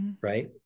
right